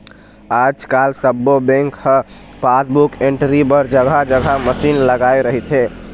आजकाल सब्बो बेंक ह पासबुक एंटरी बर जघा जघा मसीन लगाए रहिथे